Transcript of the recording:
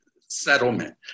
settlement